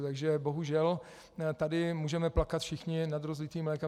Takže bohužel tady můžeme plakat všichni nad rozlitým mlékem.